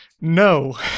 no